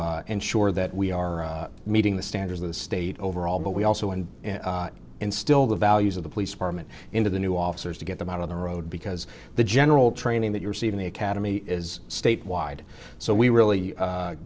ensure that we are meeting the standards of the state overall but we also and instil the values of the police department into the new officers to get them out on the road because the general training that you're seeing in the academy is state wide so we really